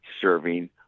serving